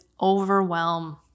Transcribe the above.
overwhelm